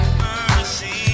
mercy